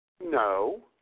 No